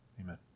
Amen